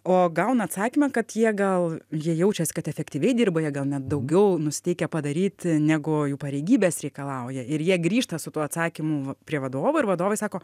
o gauna atsakymą kad jie gal jie jaučias kad efektyviai dirba jie gal net daugiau nusiteikę padaryti negu jų pareigybės reikalauja ir jie grįžta su tuo atsakymu prie vadovų ir vadovai sako